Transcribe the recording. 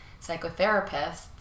psychotherapists